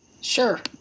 Sure